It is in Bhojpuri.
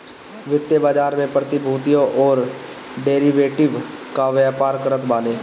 वित्तीय बाजार में प्रतिभूतियों अउरी डेरिवेटिव कअ व्यापार करत बाने